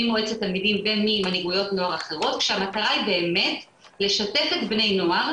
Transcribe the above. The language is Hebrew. ממועצת תלמידים וממנהיגויות אחרות שהמטרה היא באמת לשתף את בני הנוער